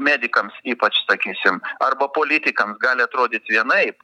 medikams ypač sakysim arba politikam gali atrodyti vienaip